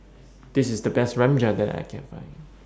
This IS The Best Rajma that I Can Find